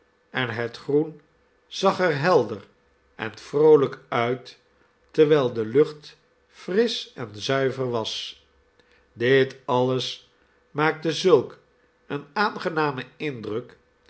en het groen zag er helder en vroolijk uit terwijl de lucht frisch en zuiver was dit alles maakte zulk een aangenamen indruk